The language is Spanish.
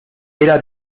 era